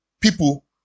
people